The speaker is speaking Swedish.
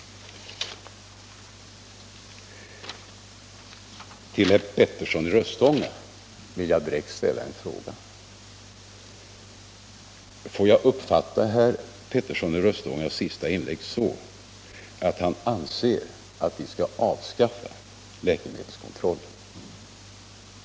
Till herr Petersson i Röstånga vill jag ställa en direkt fråga: Får jag uppfatta herr Peterssons i Röstånga senaste inlägg så, att han anser att vi skall avskaffa läkemedelskontrollen?